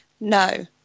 No